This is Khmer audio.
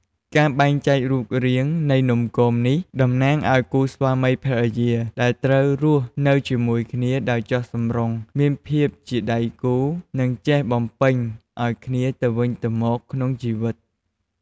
ការបែងចែករូបរាងនៃនំគមនេះតំណាងឲ្យគូស្វាមីភរិយាដែលត្រូវរស់នៅជាមួយគ្នាដោយចុះសម្រុង មានភាពជាដៃគូ និងចេះបំពេញឲ្យគ្នាទៅវិញទៅមកក្នុងជីវិត។